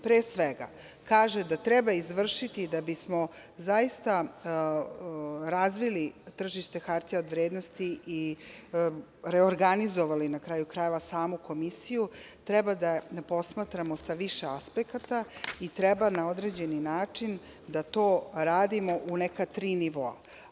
Pre svega, kaže da treba izvršiti da bismo zaista razvili tržište hartija od vrednosti i reorganizovali na kraju krajeva samu komisiju, treba da posmatramo sa više aspekata i treba na određeni način da to radimo u neka tri nivoa.